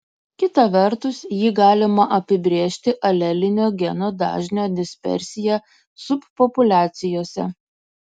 kita vertus jį galima apibrėžti alelinio geno dažnio dispersija subpopuliacijose